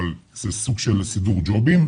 אבל זה סוג של סידור ג'ובים,